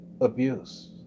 abuse